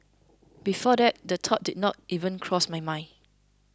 before that the thought did not even cross my mind